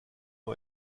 nur